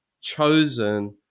chosen